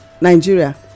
nigeria